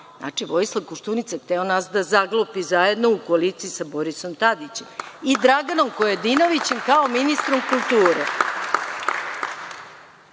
Znači, Vojislav Koštunica je hteo nas da zaglupi zajedno u koaliciji sa Borisom Tadićem i da Draganom Kojadinovićem kao ministrom kulture.